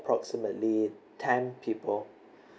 approximately ten people